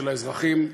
של האזרחים,